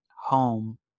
home